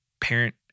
parent